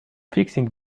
fixing